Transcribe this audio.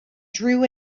drew